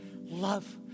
love